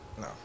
No